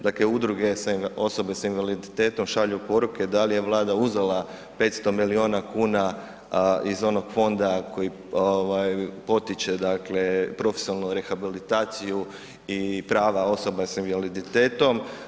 Dakle, udruge, osobe sa invaliditetom šalju poruke da li je Vlada uzela 500 miliona kuna iz onog fonda koji potiče dakle profesionalnu rehabilitaciju i prava osoba s invaliditetom.